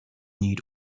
need